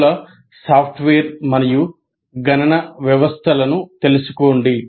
బహుళ సాఫ్ట్వేర్ మరియు గణన వ్యవస్థలను తెలుసుకోండి